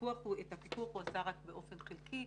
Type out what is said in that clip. את הפיקוח הוא עשה רק באופן חלקי.